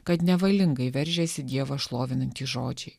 kad nevalingai veržėsi dievą šlovinantys žodžiai